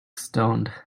stoned